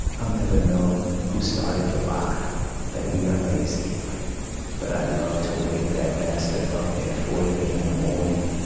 i'll never know who started the lie that we are lazy but i'd love to wake that bastard up at foreday in the morning,